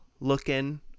looking